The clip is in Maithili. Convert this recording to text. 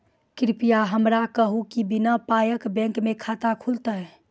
कृपया हमरा कहू कि बिना पायक बैंक मे खाता खुलतै?